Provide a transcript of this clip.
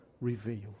revealed